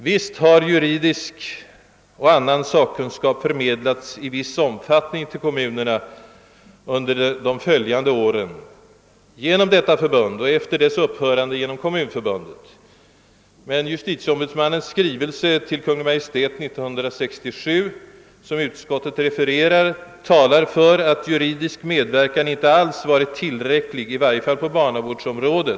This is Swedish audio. Visst har juridisk och annan sakkunskap förmedlats i viss omfattning till kommunerna under de följande åren genom detta förbund och efter dess upphörande genom Kommunförbundet, men justitieombudsmannens skrivelse till Kungl. Maj:t 1967, som utskottet refererat, talar för att juridisk medverkan inte alls varit tillräcklig, i varje fall inte på barnavårdsområdet.